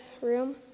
room